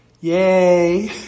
Yay